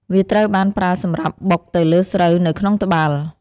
វាត្រូវបានប្រើសម្រាប់បុកទៅលើស្រូវនៅក្នុងត្បាល់។